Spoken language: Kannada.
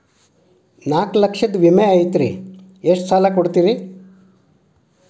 ನಾಲ್ಕು ಲಕ್ಷದ ವಿಮೆ ಐತ್ರಿ ಎಷ್ಟ ಸಾಲ ಕೊಡ್ತೇರಿ?